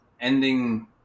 ending